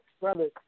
Brother